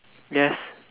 yes